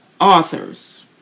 authors